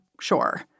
sure